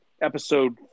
episode